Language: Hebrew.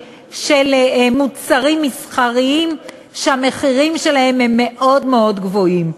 מוצרים מסחריים שהמחירים שלהם הם מאוד מאוד גבוהים.